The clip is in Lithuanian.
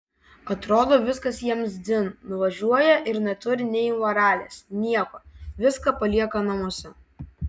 atrodo viskas jiems dzin nuvažiuoja ir neturi nei moralės nieko viską palieka namuose